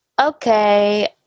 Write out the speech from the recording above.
okay